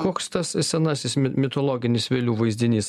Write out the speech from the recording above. koks tas senasis mitologinis vėlių vaizdinys